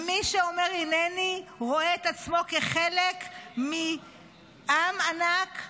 מי שאומר "הינני" רואה את עצמו כחלק מעם ענק,